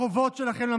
חבר הכנסת אשר,